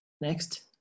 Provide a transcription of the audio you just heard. Next